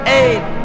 eight